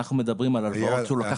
אנחנו מדברים על הלוואות שהוא לקח מהארגון.